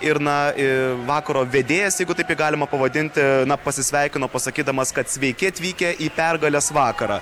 ir na vakaro vedėjas jeigu taip jį galima pavadinti na pasisveikino pasakydamas kad sveiki atvykę į pergalės vakarą